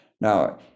Now